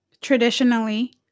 traditionally